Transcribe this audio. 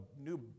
new